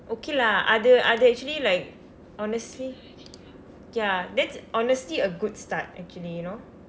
okay lah அது அது:athu athu actually like honestly ya that's honesty a good start actually you know